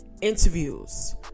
interviews